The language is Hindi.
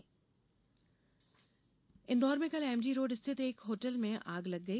होटल आग इन्दौर में कल एमजी रोड स्थित एक होटल में आग लग गई